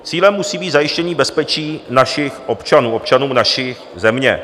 Cílem musí být zajištění bezpečí našich občanů, občanů naší země.